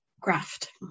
graft